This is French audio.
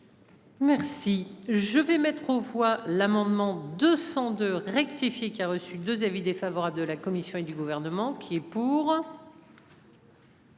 Merci je vais mettre aux voix l'amendement 202 rectifié qui a reçu 2 avis défavorable de la Commission et du gouvernement qui est pour.